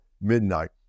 midnight